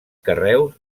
carreus